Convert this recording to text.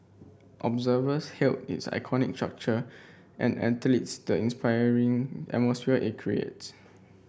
observers hailed its iconic structure and athletes the inspiring atmosphere it creates